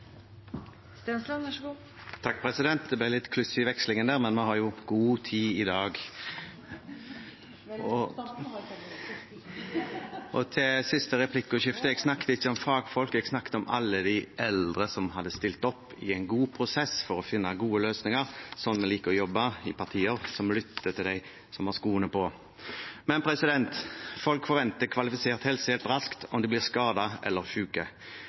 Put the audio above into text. Til siste replikkordskifte: Jeg snakket ikke om fagfolk, jeg snakket om alle de eldre som hadde stilt opp i en god prosess for å finne gode løsninger, sånn vi liker å jobbe i partier som lytter til dem som har skoene på. Folk forventer kvalifisert helsehjelp raskt om de blir skadet eller